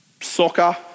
soccer